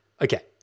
Okay